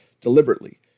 deliberately